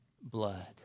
blood